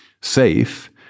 safe